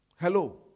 Hello